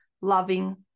loving